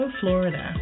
Florida